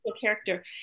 character